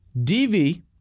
DV